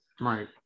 right